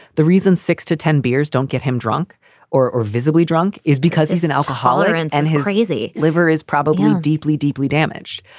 the reasons six to ten beers don't get him drunk or or visibly drunk is because he's an alcoholic and and his crazy liver is probably deeply, deeply damaged.